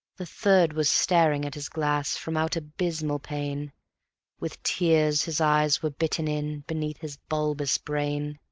the third was staring at his glass from out abysmal pain with tears his eyes were bitten in beneath his bulbous brain.